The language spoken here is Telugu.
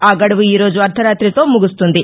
ఆ గడువు ఈ రోజు అర్దరాతితో ముగుస్తుంది